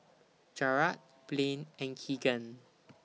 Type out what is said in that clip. Jarrad Blane and Keagan